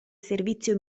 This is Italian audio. servizio